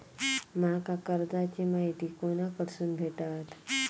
माका कर्जाची माहिती कोणाकडसून भेटात?